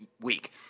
week